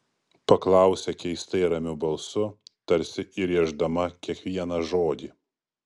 paklausė keistai ramiu balsu tarsi įrėždama kiekvieną žodį